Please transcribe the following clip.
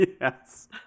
Yes